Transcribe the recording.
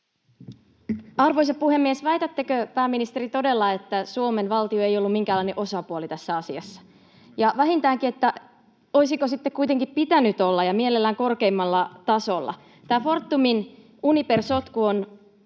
Arvoisa puhemies! Väitättekö, pääministeri, todella, että Suomen valtio ei ollut minkäänlainen osapuoli tässä asiassa? Ja vähintäänkin, että olisiko sitten kuitenkin pitänyt olla ja mielellään korkeimmalla tasolla? Tämä Fortumin Uniper-sotku on